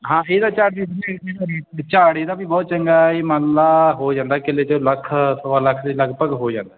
ਹਾਂ ਝਾੜ ਇਹਦਾ ਵੀ ਬਹੁਤ ਚੰਗਾ ਇਹ ਮੰਨਲਾ ਹੋ ਜਾਂਦਾ ਕਿੱਲੇ ਚੋਂ ਲੱਖ ਸਵਾ ਲੱਖ ਦੇ ਲਗਭਗ ਹੋ ਜਾਂਦਾ